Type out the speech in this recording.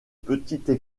petites